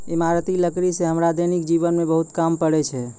इमारती लकड़ी सें हमरा दैनिक जीवन म बहुत काम पड़ै छै